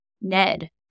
Ned